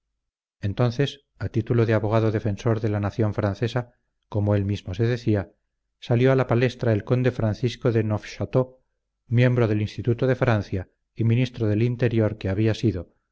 entonces a titulo de abogado defensor de la nación francesa como él mismo se decía salió a la palestra el conde francisco de neufchateau miembro del instituto de francia y ministro del interior que había sido